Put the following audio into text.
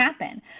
happen